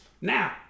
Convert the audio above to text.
Now